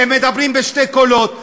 הם מדברים בשני קולות,